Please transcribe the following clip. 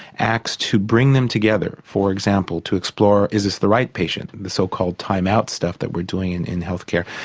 acts to bring them together for example to explore is this the right patient, and the so-called time out stuff that we're doing in in health care.